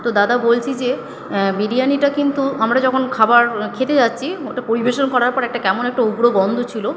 তো দাদা বলছি যে বিরিয়ানিটা কিন্তু আমরা যখন খাবার খেতে যাচ্ছি ওটা পরিবেশন করার পর একটা কেমন একটা উগ্র গন্ধ ছিল